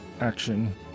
action